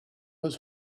his